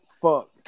Fuck